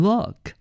Look